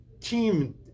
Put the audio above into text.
team